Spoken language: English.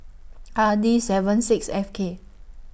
R D seven six F K